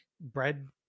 bread